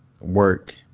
work